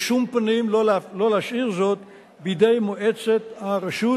בשום פנים לא להשאיר זאת בידי מועצת הרשות,